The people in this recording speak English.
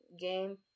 game